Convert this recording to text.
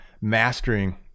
mastering